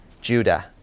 Judah